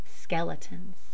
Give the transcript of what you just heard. skeletons